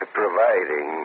providing